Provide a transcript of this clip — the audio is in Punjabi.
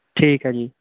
ਠੀਕ ਹੈ ਜੀ